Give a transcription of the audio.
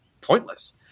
pointless